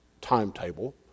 timetable